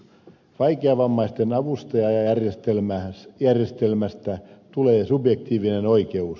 vaikeavammaisten avustajajärjestelmästä tulee subjektiivinen oikeus